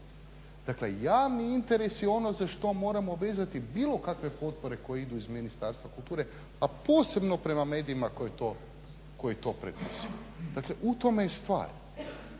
Dakle, javni interes je ono za što moramo vezati bilo kakve potpore koje idu iz Ministarstva kultura a posebno prema medijima koji to … dakle u tome je stvar.